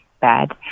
bad